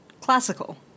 classical